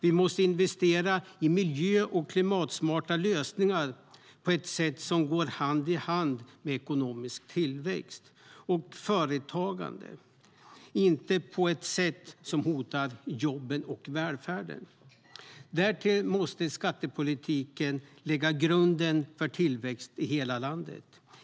Vi måste investera i miljö och klimatsmarta lösningar på ett sätt som går hand i hand med ekonomisk tillväxt och företagande, inte på ett sätt som hotar jobben och välfärden. Därtill måste skattepolitiken lägga grunden för tillväxt i hela landet.